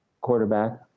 quarterback